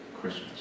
Christmas